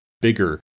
bigger